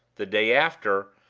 the day after,